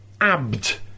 ABD